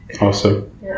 awesome